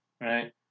right